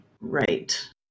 Right